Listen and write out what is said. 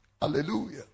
Hallelujah